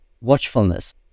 watchfulness